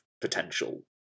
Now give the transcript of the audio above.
potential